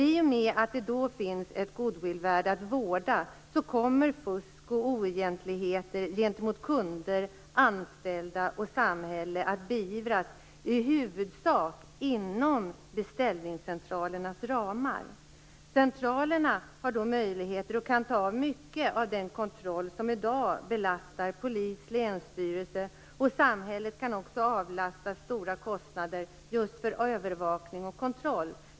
I och med att det då finns ett goodwillvärde att vårda kommer fusk och oegentligheter gentemot kunder, anställda och samhälle att beivras i huvudsak inom beställningscentralernas ramar. Centralerna har då möjligheter att ta mycket av den kontroll som i dag belastar polis och länsstyrelse. Samhället kan också avlastas stora kostnader just för övervakning och kontroll.